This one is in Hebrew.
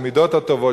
של המידות הטובות,